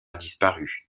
disparu